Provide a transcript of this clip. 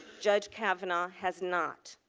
judge kavanaugh has not.